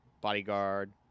Bodyguard